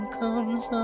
comes